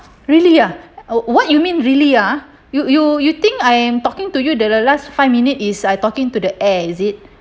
really ah what you mean really ah you you you think I am talking to you the last five minute is I talking to the air is it